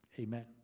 Amen